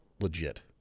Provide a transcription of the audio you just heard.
legit